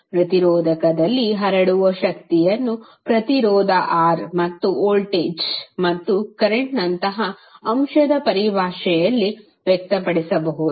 ಪ್ರತಿರೋಧಕದಲ್ಲಿ ಹರಡುವ ಶಕ್ತಿಯನ್ನು ಪ್ರತಿರೋಧ R ಮತ್ತು ವೋಲ್ಟೇಜ್ ಮತ್ತು ಕರೆಂಟ್ ನಂತಹ ಅಂಶದ ಪರಿಭಾಷೆಯಲ್ಲಿ ವ್ಯಕ್ತಪಡಿಸಬಹುದು